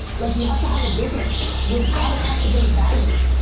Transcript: like, you have to have a business. your product has to bring value.